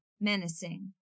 menacing